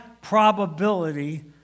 probability